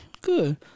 good